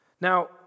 Now